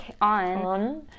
on